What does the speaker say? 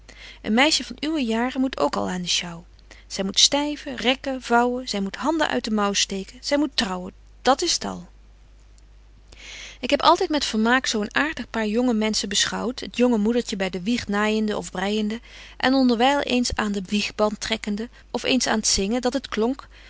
een meisje van uwe jaren moet ook al aan de sjouw zy moet styven rekken vouwen zy moet handen uit den mou steken zy moet trouwen dat is t al betje wolff en aagje deken historie van mejuffrouw sara burgerhart ik heb altyd met vermaak zo een aartig paar jonge menschen beschouwt het jonge moedertje by de wieg naaijende of breijende en onderwyl eens aan den wiegband trekkende of eens aan t zingen dat het klonk